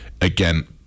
again